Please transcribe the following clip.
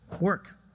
work